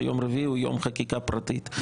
שיום רביעי הוא יום חקיקה פרטית.